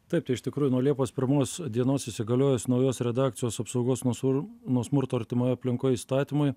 taip tai iš tikrųjų nuo liepos pirmos dienos įsigaliojus naujos redakcijos apsaugos nuo sur nuo smurto artimoje aplinkoj įstatymui